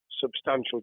substantial